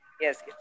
Yes